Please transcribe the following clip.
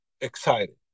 excited